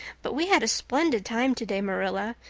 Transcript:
but we had a splendid time today, marilla.